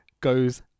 goes